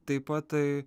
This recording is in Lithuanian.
taip pat tai